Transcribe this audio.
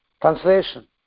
Translation